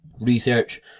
research